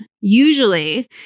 Usually